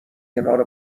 کنار